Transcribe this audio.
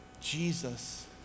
Jesus